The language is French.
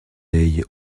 soleil